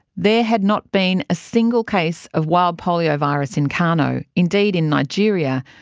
there had not been a single case of wild poliovirus in kano, indeed in nigeria,